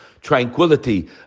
tranquility